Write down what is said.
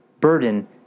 burden